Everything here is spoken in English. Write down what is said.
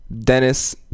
Dennis